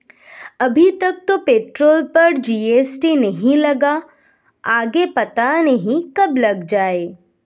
अभी तक तो पेट्रोल पर जी.एस.टी नहीं लगा, आगे पता नहीं कब लग जाएं